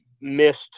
missed